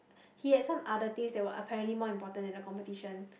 he had some other things that were apparently more important that the competition